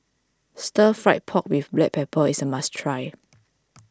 Stir Fry Pork with Black Pepper is a must try